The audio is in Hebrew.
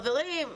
חברים,